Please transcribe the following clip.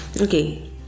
okay